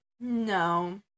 No